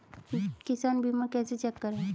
किसान बीमा कैसे चेक करें?